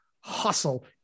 hustle